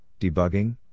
debugging